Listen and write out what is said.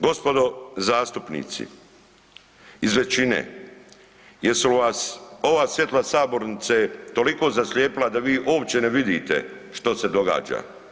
Gospodo zastupnici iz većine, jesu li vas ova svjetla sabornice toliko zaslijepila da vi uopće ne vidite što se događa?